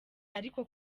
ariko